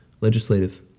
legislative